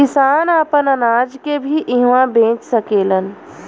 किसान आपन अनाज के भी इहवां बेच सकेलन